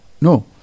no